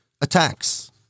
attacks